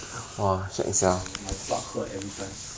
!wah! my my butt hurt every time